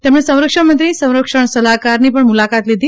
તેમણે સંરક્ષણમંત્રી સંરક્ષણ સલાહકારની પણ મુલાકાત લીધી